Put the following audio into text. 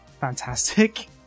fantastic